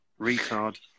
retard